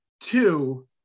Two